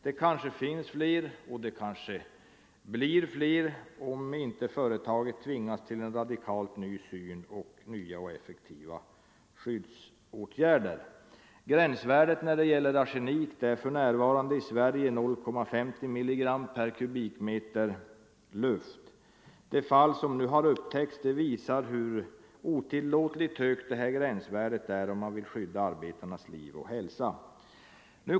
Det kanske finns fler, och det kanske blir fler om inte företaget tvingas till en radikalt ny syn och till nya och effektiva skyddsåtgärder. Gränsvärdet när det gäller arsenik är för närvarande i Sverige 0,50 milligram per kubikmeter luft. De fall som nu har upptäckts visar hur otillåtligt högt detta gränsvärde är om man vill skydda arbetarnas liv och hälsa.